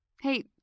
Hey